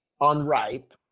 Unripe